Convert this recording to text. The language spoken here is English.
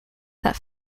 that